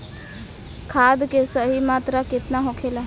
खाद्य के सही मात्रा केतना होखेला?